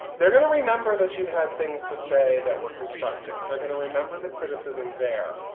they're going to remember that you had things to say that were constructive. they're going to remember the criticism there.